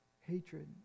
hatred